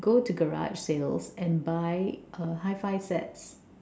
go to garage sales and buy uh hi fi sets